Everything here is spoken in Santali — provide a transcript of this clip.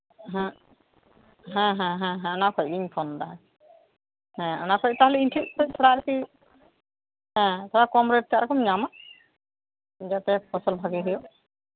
ᱦᱮᱸ ᱦᱮᱸ ᱚᱱᱟ ᱠᱷᱚᱡ ᱜᱤᱧ ᱯᱷᱳᱱᱫᱟ ᱚᱱᱟ ᱠᱷᱚᱡ ᱫᱚ ᱛᱷᱚᱲᱟ ᱤᱧ ᱴᱷᱮᱡ ᱫᱚ ᱟᱨᱠᱤ ᱦᱮᱸ ᱛᱷᱚᱲᱟ ᱠᱚᱢ ᱨᱮᱴ ᱛᱮ ᱟᱫᱚᱢ ᱧᱟᱢᱟ ᱡᱟᱛᱮ ᱯᱷᱚᱞ ᱵᱷᱟᱜᱮ ᱦᱩᱭᱩᱜ